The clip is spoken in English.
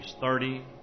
thirty